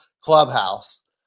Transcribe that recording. Clubhouse